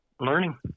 learning